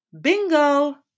Bingo